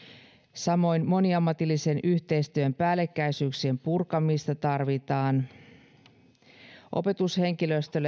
samoin moniammatillisen yhteistyön päällekkäisyyksien purkamista tarvitaan opetushenkilöstön